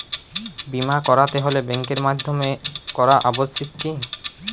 বিমা করাতে হলে ব্যাঙ্কের মাধ্যমে করা আবশ্যিক কি?